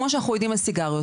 כמו שאנחנו יודעים על סיגריות,